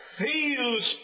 feels